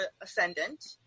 Ascendant